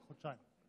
חודשיים.